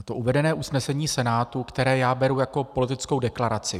To uvedené usnesení Senátu, které já beru jako politickou deklaraci.